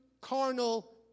carnal